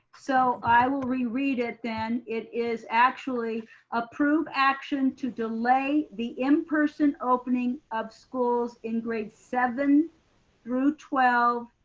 so i will reread it. then it is actually approve action to delay the in-person opening of schools in grades seven through twelve,